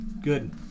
Good